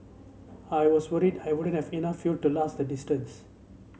I was worried I wouldn't have enough fuel to last the distance